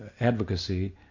advocacy